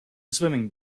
swimming